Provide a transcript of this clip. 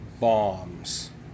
bombs